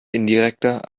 indirekter